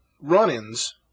run-ins